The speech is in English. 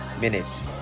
minutes